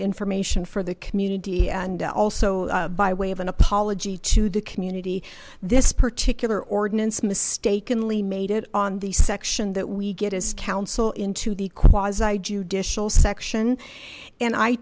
information for the community and so by way of an apology to the community this particular ordinance mistakenly made it on the section that we get as council into the quasi judicial section and i